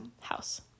House